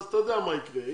אתה יודע מה יקרה,